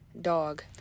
Dog